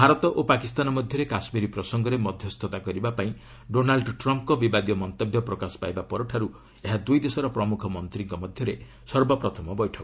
ଭାରତ ଓ ପାକିସ୍ତାନ ମଧ୍ୟରେ କାଶ୍ମୀର ପ୍ରସଙ୍ଗରେ ମଧ୍ୟସ୍ଥତା କରିବାପାଇଁ ଡୋନାଲଡ୍ ଟ୍ରମ୍ଫ୍ଙ୍କ ବିବାଦୀୟ ମନ୍ତବ୍ୟ ପ୍ରକାଶ ପାଇବା ପରଠାରୁ ଏହା ଦୁଇ ଦେଶର ପ୍ରମୁଖ ମନ୍ତ୍ରୀଙ୍କ ମଧ୍ୟରେ ସର୍ବପ୍ରଥମ ବୈଠକ